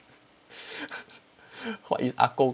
what is 阿公